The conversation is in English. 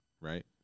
Right